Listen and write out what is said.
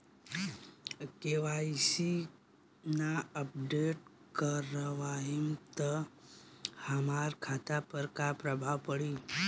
KYC ना update करवाएम त हमार खाता पर का प्रभाव पड़ी?